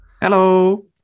Hello